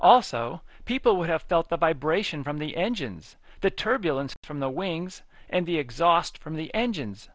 also people would have felt the vibration from the engines the turbulence from the wings and the exhaust from the engines